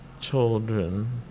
children